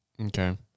Okay